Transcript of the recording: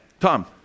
Tom